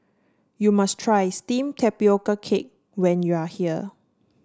you must try steamed Tapioca Cake when you are here